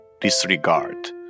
disregard